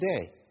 today